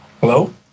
Hello